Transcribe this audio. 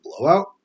blowout